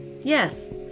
Yes